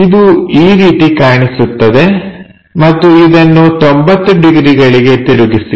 ಇದು ಈ ರೀತಿ ಕಾಣಿಸುತ್ತದೆ ಮತ್ತು ಇದನ್ನು 90 ಡಿಗ್ರಿಗಳಿಗೆ ತಿರುಗಿಸಿ